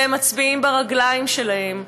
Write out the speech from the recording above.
והם מצביעים ברגליים שלהם.